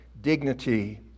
dignity